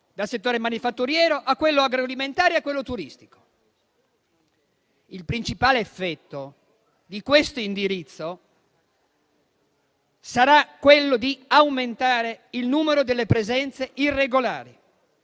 dal settore manifatturiero a quello agroalimentare e a quello turistico. Il principale effetto di questo indirizzo sarà quello di aumentare il numero delle presenze irregolari,